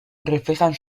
reflejan